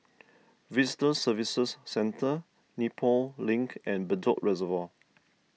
Visitor Services Centre Nepal Link and Bedok Reservoir